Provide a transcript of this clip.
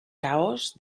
caos